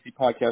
podcast